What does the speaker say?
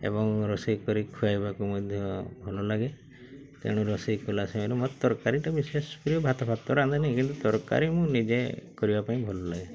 ଏବଂ ରୋଷେଇ କରି ଖୁଆଇବାକୁ ମଧ୍ୟ ଭଲ ଲାଗେ ତେଣୁ ରୋଷେଇ କଲା ସମୟରେ ମୋ ତରକାରୀଟି ବିଶେଷ ପ୍ରିୟ ଭାତ ଫାତ ତ ରାନ୍ଧେନି କିନ୍ତୁ ତରକାରୀ ମୁଁ ନିଜେ କରିବା ପାଇଁ ଭଲ ଲାଗେ